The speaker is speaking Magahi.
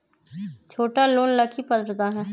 छोटा लोन ला की पात्रता है?